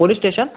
police station